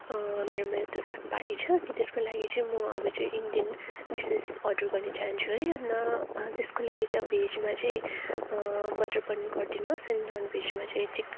मेरोमा त्यो सानो पार्टी छ कि त्यसको लागि चाहिँ म अब चाहिँ इन्डियन डिसेस अर्डर गर्नु चाहन्छु है अनि त्यसको लागि चाहिँ अब भेजमा चाहिँ बटर पनिर गरिदिनु होस् अनि ननभेजमा चाहिँ चिक